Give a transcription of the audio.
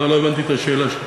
לא, לא הבנתי את השאלה שלך.